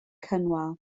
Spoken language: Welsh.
cynwal